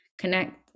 connect